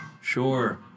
Sure